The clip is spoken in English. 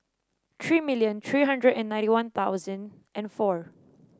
three million three hundred and ninety One Thousand and four